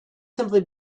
simply